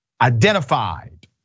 identified